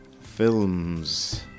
Films